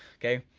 okay?